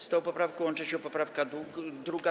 Z tą poprawką łączy się poprawka 2.